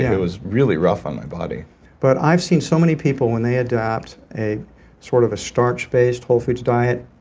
it was really rough on my body but i've seen so many people when they adapt a sort of starch based whole foods diet,